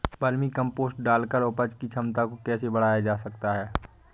Vermi compost डालकर उपज की क्षमता को कैसे बढ़ाया जा सकता है?